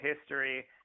history